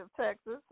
Texas